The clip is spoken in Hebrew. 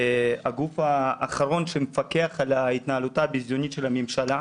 הגוף האחרון שמפקח על התנהלותה הביזיונית של הממשלה.